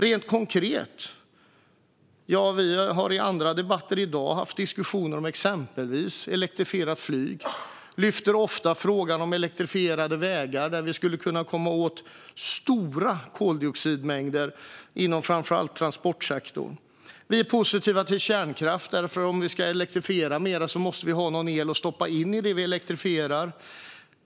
Rent konkret har vi i andra debatter i dag haft diskussioner om exempelvis elektrifierat flyg. Vi tar ofta upp frågan om elektrifierade vägar, där vi skulle kunna komma åt stora koldioxidmängder inom framför allt transportsektorn. Vi är positiva till kärnkraft, för om vi ska elektrifiera mer måste vi ha el att stoppa in i det vi elektrifierar.